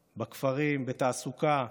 בכפרים, בתעסוקה,